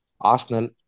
Arsenal